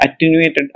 attenuated